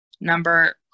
number